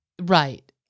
Right